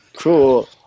Cool